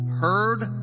heard